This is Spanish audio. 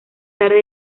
tarde